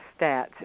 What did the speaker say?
stats